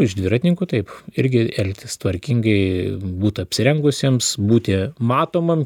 iš dviratininkų taip irgi elgtis tvarkingai būt apsirengusiems būti matomam